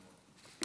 כבוד השרים,